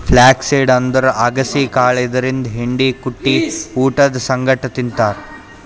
flax seed ಅಂದ್ರ ಅಗಸಿ ಕಾಳ್ ಇದರಿಂದ್ ಹಿಂಡಿ ಕುಟ್ಟಿ ಊಟದ್ ಸಂಗಟ್ ತಿಂತಾರ್